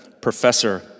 professor